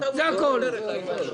הכתבנו את הכותרת.